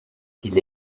qu’il